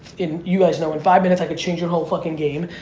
and you guys know if five minutes i could change your whole fucking game.